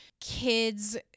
kids